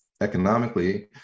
economically